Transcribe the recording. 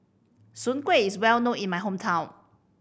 Soon Kueh is well known in my hometown